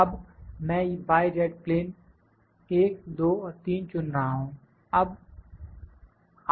अब मैं y z plane 1 2 और 3 चुन रहा हूं